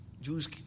Jews